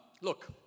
Look